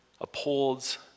upholds